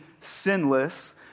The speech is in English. sinless